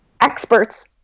experts